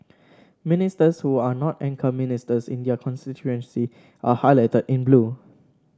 ministers who are not anchor ministers in their constituency are highlighted in blue